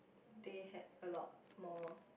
they had a lot more